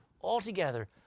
altogether